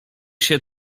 się